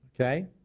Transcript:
okay